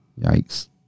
Yikes